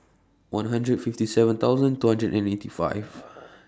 one hundred fifty seven thousand two hundred and eighty five